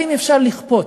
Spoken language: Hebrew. האם אפשר לכפות?